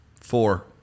Four